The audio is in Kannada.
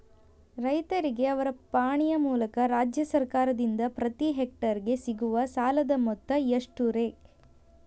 ರೈತರಿಗೆ ಅವರ ಪಾಣಿಯ ಮೂಲಕ ರಾಜ್ಯ ಸರ್ಕಾರದಿಂದ ಪ್ರತಿ ಹೆಕ್ಟರ್ ಗೆ ಸಿಗುವ ಸಾಲದ ಮೊತ್ತ ಎಷ್ಟು ರೇ?